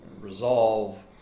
resolve